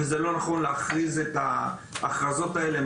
וזה לא נכון להכריז את ההכרזות האלה,